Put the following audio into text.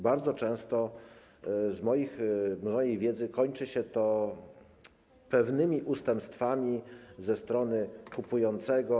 Bardzo często, tak wynika z mojej wiedzy, kończy się to pewnymi ustępstwami ze strony kupującego.